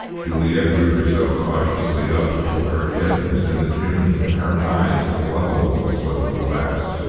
juliet drew herself cautiously up, till her head was in the chimney, and her eyes level with the slip of glass.